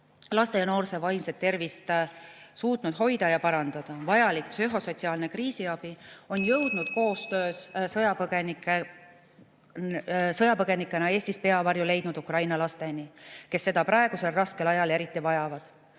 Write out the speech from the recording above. laste ja noorte vaimset tervist suutnud hoida ja parandada. Vajalik psühhosotsiaalne kriisiabi on jõudnud koostöös sõjapõgenikena Eestis peavarju leidnud Ukraina lasteni, kes seda praegusel raskel ajal eriti vajavad.